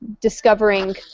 discovering